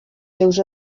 seus